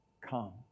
Come